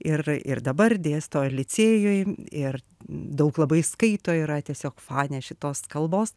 ir ir dabar dėsto licėjuj ir daug labai skaito yra tiesiog fanė šitos kalbos